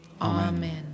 Amen